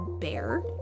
bear